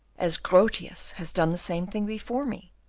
as grotius has done the same thing before me?